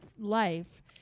life